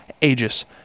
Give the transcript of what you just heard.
Aegis